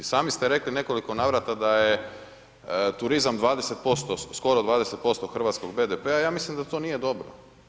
Sami ste rekli u nekoliko navrata da je turizam 20%, skoro 20% hrvatskog BDP-a, ja mislim da to nije dobro.